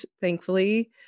thankfully